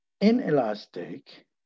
inelastic